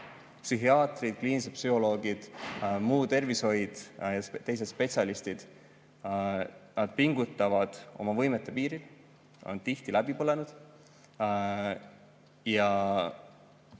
Psühhiaatrid, kliinilised psühholoogid, muu tervishoid ja teised spetsialistid – nad pingutavad oma võimete piiril, on tihti läbi põlenud ja